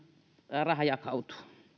raha jakautuu